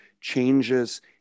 changes